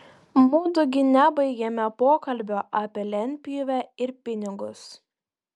mudu gi nebaigėme pokalbio apie lentpjūvę ir pinigus